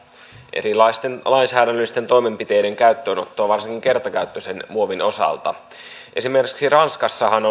erilaisten lainsäädännöllisten toimenpiteiden käyttöönottoa varsinkin kertakäyttöisen muovin osalta esimerkiksi ranskassahan